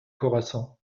khorassan